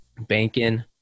banking